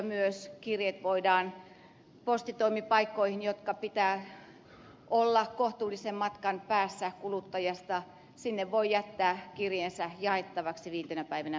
myös postitoimipaikkoihin joiden pitää olla kohtuullisen matkan päässä kuluttajasta voi jättää kirjeensä jaettavaksi viitenä päivänä